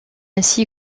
ainsi